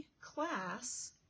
class